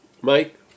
Mike